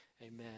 Amen